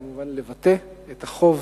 כמובן, לבטא את החוב